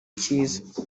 icyiza